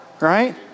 right